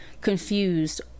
confused